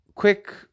quick